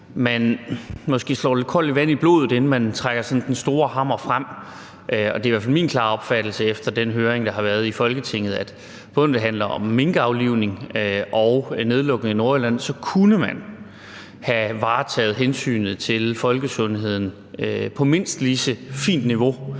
slår lidt koldt vand i blodet, inden man trækker den store hammer frem. Det er i hvert fald min klare opfattelse efter den høring, der har været i Folketinget, at både når det handler om minkaflivning og om nedlukning af Nordjylland, kunne man have varetaget hensynet til folkesundheden på et mindst lige så fint niveau